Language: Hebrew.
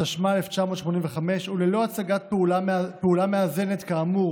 התשמ"ה 1985, וללא הצגת פעולה מאזנת כאמור